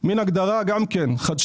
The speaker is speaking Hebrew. מן הגדרה חדשנית.